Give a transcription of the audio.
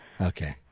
Okay